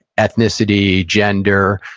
ethnicity, gender,